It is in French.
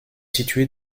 situé